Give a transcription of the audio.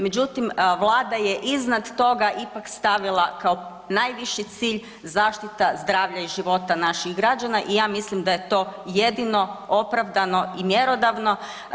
Međutim, Vlada je iznad toga ipak stavila kao najviši cilj zaštita zdravlja i života naših građana i ja mislim da je to jedino opravdano i mjerodavno.